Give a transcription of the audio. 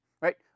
right